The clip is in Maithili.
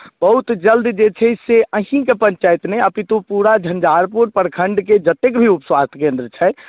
बहुत जल्द जे छै से अहीँके पञ्चायत नहि अपितु पूरा झञ्झारपुर प्रखण्डके जतेक भी उपस्वास्थ्य केन्द्र छै